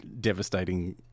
devastating